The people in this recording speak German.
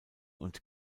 und